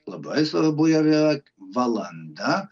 labai svarbu jau yra valanda